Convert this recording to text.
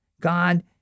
God